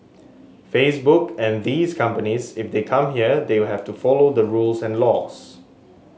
facebook and these companies if they come here they have to follow the rules and laws